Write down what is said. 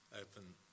open